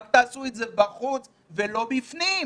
רק תעשו את זה בחוץ ולא בפנים.